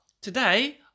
today